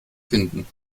finden